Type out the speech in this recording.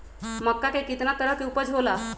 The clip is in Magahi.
मक्का के कितना तरह के उपज हो ला?